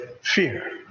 Fear